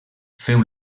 féu